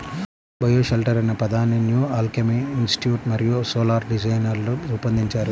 bioshelter అనే పదాన్ని New Alchemy Institute మరియు సోలార్ డిజైనర్లు రూపొందించారు